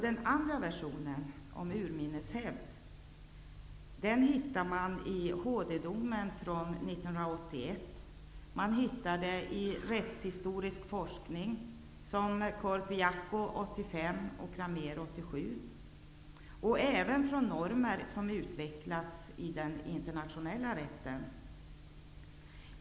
Den andra versionen -- urminnes hävd -- återfinns i en dom från HD 1981, i rättshistorisk forskning så som Korpijaakko 1985 och Cramer 1987 och även i normer som utvecklats i den internationella rätten.